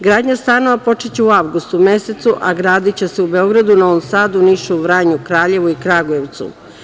Gradnja stanova počeće u avgustu mesecu, a gradiće se u Beogradu, Novom Sadu, Nišu, Vranju, Kraljevu i Kragujevcu.